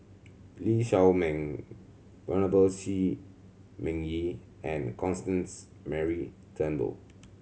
Lee Shao Meng Venerable Shi Ming Yi and Constance Mary Turnbull